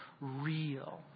real